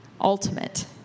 ultimate